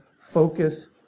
focus